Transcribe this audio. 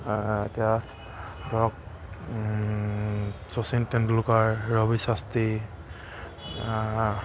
এতিয়া ধৰক শচীন তেণ্ডুলকাৰ ৰবি শাস্ত্ৰী